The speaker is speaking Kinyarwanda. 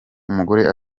umugore